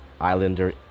Islander